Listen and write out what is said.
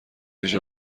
ویژه